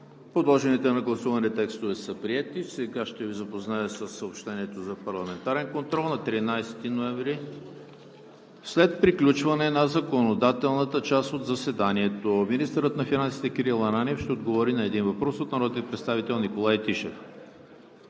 Подложените на гласуване текстове са приети. Сега ще Ви запозная със съобщението за парламентарен контрол на 13 ноември 2020 г. след приключване на законодателната част от заседанието. 1. Министърът на финансите Кирил Ананиев ще отговори на един въпрос от народния представител Николай Тишев.